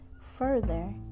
further